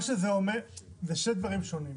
מה שזה אומר זה שני דברים שונים,